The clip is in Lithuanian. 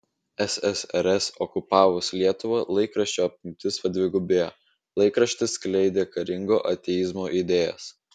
ssrs okupavus lietuvą laikraščio apimtis padvigubėjo laikraštis skleidė karingo ateizmo idėjas